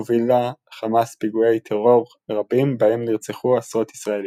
הובילה חמאס פיגועי טרור רבים בהם נרצחו עשרות ישראלים.